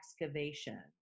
excavation